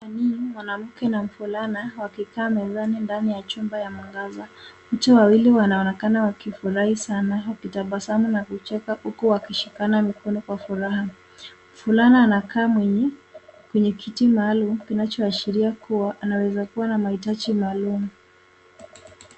Mwanamke na mvulana wakikaa mezani ndani ya chumba w\ya mwangaza. Wote wawili wanaonekana wakifurahi sana wakitabasamu na kucheka huku wakishikana mikono kwa furaha . Mvulana anakaa kwenye kiti maalum kinachoashiria kuwa ana mahitaji maalum.